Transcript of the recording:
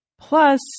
Plus